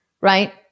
right